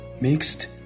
mixed